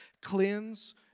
Cleanse